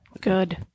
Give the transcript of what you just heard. Good